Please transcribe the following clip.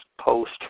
post